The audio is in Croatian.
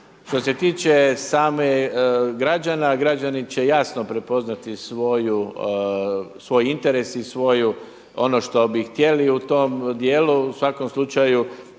Što se tiče samih građana, građani će jasno prepoznati svoj interes i svoju, ono što bi htjeli u tom dijelu. U svakom slučaju